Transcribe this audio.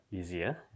easier